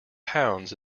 pounds